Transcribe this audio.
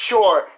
Sure